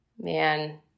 Man